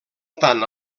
tant